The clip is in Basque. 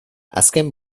azken